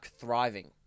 thriving